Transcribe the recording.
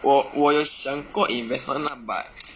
我我有想过 investment lah but